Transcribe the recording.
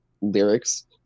lyrics